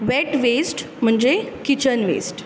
weight waste म्हणजे kitchen waste